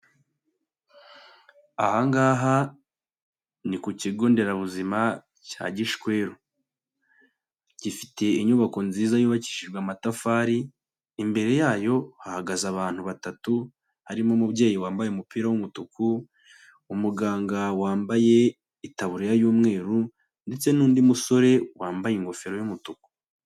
Aha ngaha, ni ku Kigo Nderabuzima cya Gishweru. Gifiteye inyubako nziza yubakishijwe amatafari, imbere yayo hahagaze abantu batatu, harimo umubyeyi wambaye umupira w'umutuku, umuganga wambaye itaburiya y'umweru ndetse n'undi musore wambaye ingofero y'umutuku.